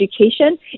education